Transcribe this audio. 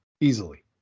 Easily